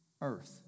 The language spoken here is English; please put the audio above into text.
earth